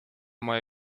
moja